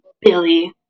Billy